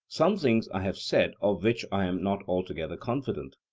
some things i have said of which i am not altogether confident.